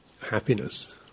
happiness